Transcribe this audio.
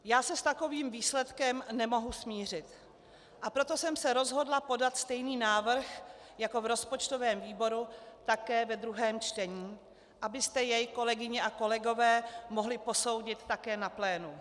Já se s takovým výsledkem nemohu smířit, a proto jsem se rozhodla podat stejný návrh jako v rozpočtovém výboru také ve druhém čtení, abyste jej, kolegyně a kolegové, mohli posoudit také na plénu.